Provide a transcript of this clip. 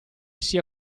sia